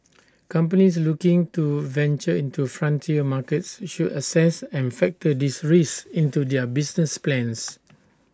companies looking to venture into frontier markets should assess and factor these risks into their business plans